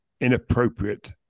inappropriate